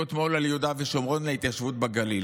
אתמול על יהודה ושומרון להתיישבות בגליל.